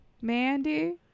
Mandy